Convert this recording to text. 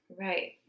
right